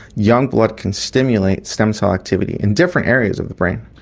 young blood can stimulate stem cell activity in different areas of the brain.